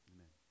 Amen